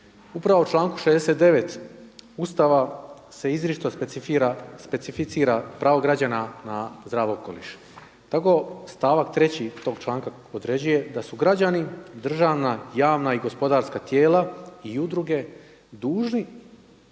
upravo u članku 69. Ustava se izričito specificira pravo građana na zdrav okoliš. Tako stavak treći tog članka određuje da su građani državna, javna i gospodarska tijela i udruge dužni